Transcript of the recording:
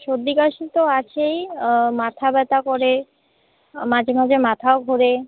সর্দি কাশি তো আছেই মাথা ব্যথা করে মাঝে মাঝে মাথাও ঘোরে